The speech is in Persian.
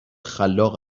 خلاق